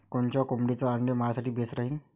कोनच्या कोंबडीचं आंडे मायासाठी बेस राहीन?